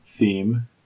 theme